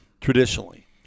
traditionally